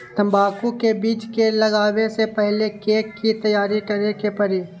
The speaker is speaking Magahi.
तंबाकू के बीज के लगाबे से पहिले के की तैयारी करे के परी?